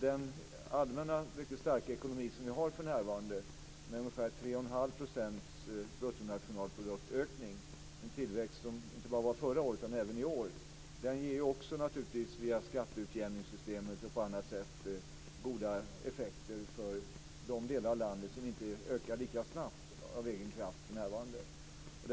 Den allmänna mycket starka ekonomi som vi har för närvarande, med ungefär 3 1⁄2 procents ökning av bruttonationalprodukten inte bara förra året utan även i år, ger också via skatteutjämningssystemet och på andra sätt goda effekter för de delar av landet som nu inte ökar lika snabbt av egen kraft.